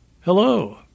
Hello